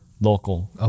local